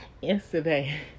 Yesterday